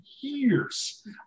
years